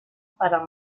para